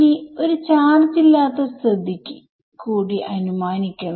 ഇനി ഒരു ചാർജ് ഇല്ലാത്ത സ്ഥിതി കൂടി അനുമാനിക്കണം